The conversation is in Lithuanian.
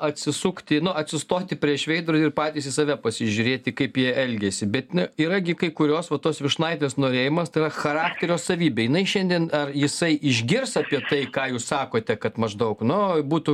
atsisukti nu atsistoti prieš veidrodį ir patys į save pasižiūrėti kaip jie elgiasi bet nu yra gi kai kurios va tos vyšnaitės norėjimas tai yra charakterio savybė jinai šiandien ar jisai išgirs apie tai ką jūs sakote kad maždaug nu būtų